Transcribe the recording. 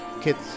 kids